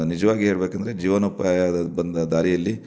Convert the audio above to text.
ನಿಜವಾಗಿ ಹೇಳಬೇಕಂದ್ರೆ ಜೀವನೋಪಾಯದ ಬಂದ ದಾರಿಯಲ್ಲಿ